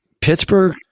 Pittsburgh